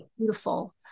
beautiful